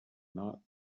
not